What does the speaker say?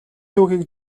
түүхийг